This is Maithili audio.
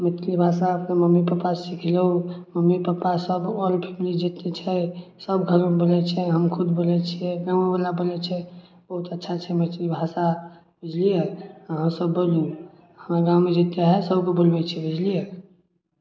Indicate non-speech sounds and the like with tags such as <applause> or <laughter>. मैथिली भाषा अप्पन मम्मी पप्पासे सिखलहुँ मम्मी पप्पासब आन लोक जतेक छै सब घरमे बोलै छै हम खुद बोलै छिए <unintelligible> बोलै छै बहुत अच्छा छै मैथिली भाषा बुझलिए अहूँसभ बोलिऔ हमर गाममे जतेक हइ सभके बोलबै छिए बुझलिए